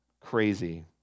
crazy